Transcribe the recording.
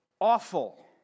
awful